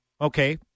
Okay